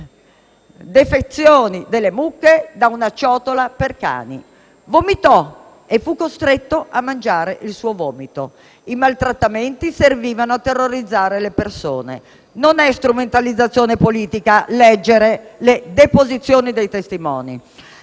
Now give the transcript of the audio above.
defecazioni delle mucche da una ciotola per cani. Vomitò e fu costretto a mangiare il suo vomito. I maltrattamenti servivano a terrorizzare le persone». Non è strumentalizzazione politica leggere le deposizioni dei testimoni.